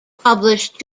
published